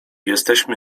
jesteśmy